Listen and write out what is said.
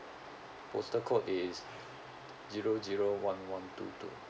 postal code is zero zero one one two two